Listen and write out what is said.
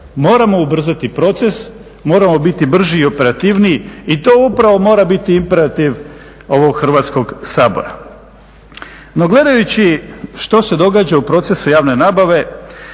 Moramo ubrzati proces, moramo biti brži i operativniji i to upravo mora biti imperativ ovog Hrvatskog sabora. No gledajući što se događa u procesu javne nabave